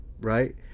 right